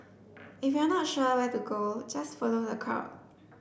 if you're not sure where to go just follow the crowd